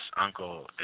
uncle